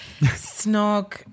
Snog